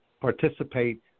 participate